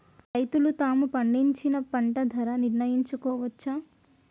రైతులు తాము పండించిన పంట ధర నిర్ణయించుకోవచ్చా?